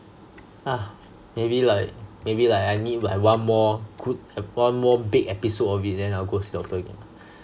ah maybe like maybe like I need like one more good one more big episode of it then I'll go see doctor again